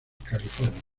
california